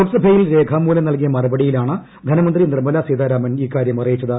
ലോക്സഭയിൽ രേഖാമൂലം നൽകിയ മറുപടിയിലാണ് ധനമന്ത്രി നിർമല സീതാരാമൻ ഇക്കാര്യം അറിയിച്ചത്